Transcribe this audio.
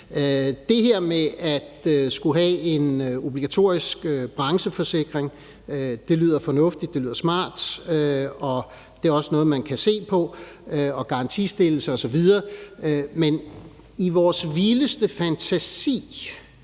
Det her med at skulle have en obligatorisk brancheforsikring lyder fornuftigt og smart, og det er også noget, man kan se på. Der er også garantistillelse osv. Men i vores vildeste fantasi,